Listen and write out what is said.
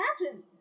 imagine